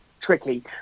tricky